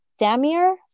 Damier